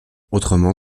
autrement